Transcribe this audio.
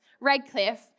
Redcliffe